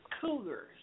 cougars